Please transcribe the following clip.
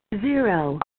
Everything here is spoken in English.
Zero